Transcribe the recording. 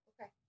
Okay